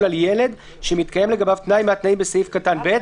על ילד שמתקיים לגביו תנאי מהתנאים בסעיף קטן (ב)"